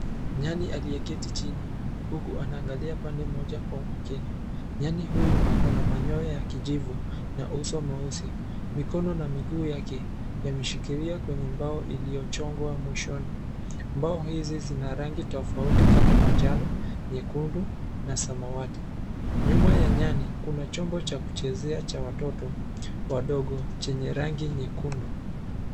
Nyani aliyeketi chini huku anaangalia pande moja kwa umakini. Nyani huyu ako na manyoya ya kijivu na uso mweusi. Mikono na miguu yake, yameshikilia kwenye mbao iliyochongwa mwishoni. Mbao hizi zina rangi tofauti kama manjano, nyekundu na samawati. Nyuma ya nyani kuna chombo cha kuchezea cha watoto wadogo chenye rangi nyekundu.